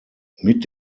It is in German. mit